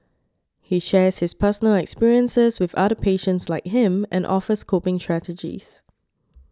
he shares his personal experiences with other patients like him and offers coping strategies